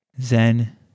Zen